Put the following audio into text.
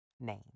name